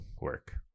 work